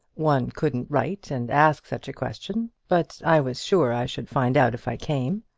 one couldn't write and ask such a question but i was sure i should find out if i came.